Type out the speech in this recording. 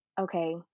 okay